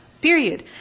period